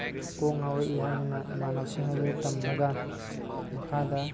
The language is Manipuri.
ꯀꯣꯛ ꯉꯥꯎꯔꯛꯏ ꯍꯥꯏꯗꯨꯅ ꯏꯃꯥꯟꯅꯕꯁꯤꯡ ꯑꯗꯨꯗ ꯇꯝꯂꯒ ꯃꯈꯥꯗ